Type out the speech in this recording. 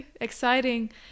exciting